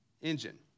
engine